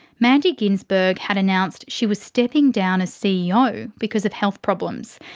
mandy ginsberg had announced she was stepping down as ceo because of health problems.